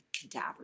cadaver